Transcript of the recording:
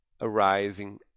arising